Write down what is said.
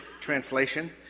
Translation